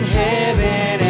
heaven